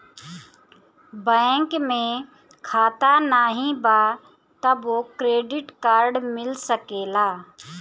Bank में खाता नाही बा तबो क्रेडिट कार्ड मिल सकेला?